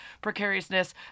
precariousness